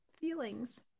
Feelings